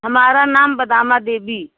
हमारा नाम बदामा देवी